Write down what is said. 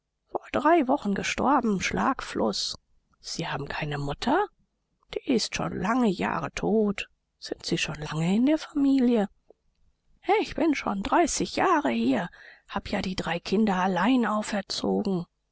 vor drei wochen gestorben schlagfluß sie haben keine mutter die ist schon lange jahre tot sind sie schon lange in der familie ich bin schon dreißig jahre hier hab ja die drei kinder allein auferzogen